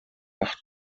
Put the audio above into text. acht